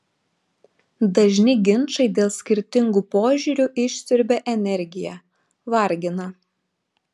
dažni ginčai dėl skirtingų požiūrių išsiurbia energiją vargina